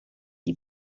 die